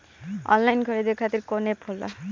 Online खरीदे खातीर कौन एप होला?